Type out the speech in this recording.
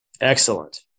Excellent